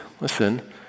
listen